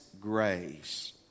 grace